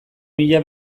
mila